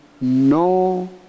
no